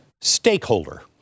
stakeholder